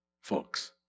folks